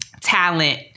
talent